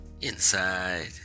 Inside